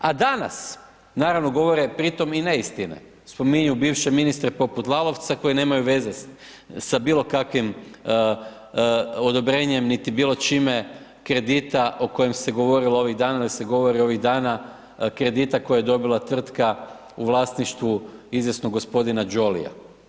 A danas, naravno govore pri tom i neistine, spominju bivše ministre poput Lalovca koji nemaju veze s bilo kakvim odobrenjem niti bilo čime, kredita o kojim se govorilo ovih dana da se govori ovih dana kredita koja je dobila tvrtka u vlasništvu izvjesnog g. Jollya.